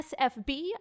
SFB